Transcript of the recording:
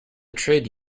trade